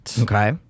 Okay